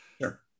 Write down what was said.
Sure